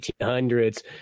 1800s